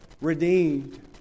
redeemed